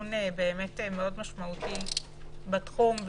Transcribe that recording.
ארגון מאוד משמעותי בתחום,